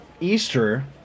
Easter